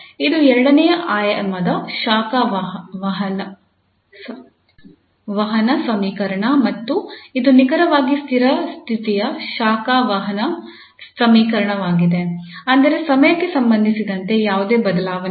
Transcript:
ಇದು ಎರಡನೇ ಆಯಾಮದ ಶಾಖ ವಹನ ಸಮೀಕರಣ ಮತ್ತು ಇದು ನಿಖರವಾಗಿ ಸ್ಥಿರ ಸ್ಥಿತಿಯ ಶಾಖ ವಹನ ಸಮೀಕರಣವಾಗಿದೆ ಅಂದರೆ ಸಮಯಕ್ಕೆ ಸಂಬಂಧಿಸಿದಂತೆ ಯಾವುದೇ ಬದಲಾವಣೆಯಿಲ್ಲ